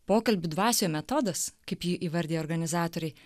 pokalbių dvasioje metodas kaip jį įvardija organizatoriai